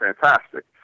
fantastic